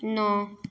नओ